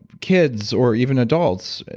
kids, or even adults.